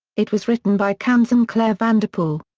it was written by kansan clare vanderpool.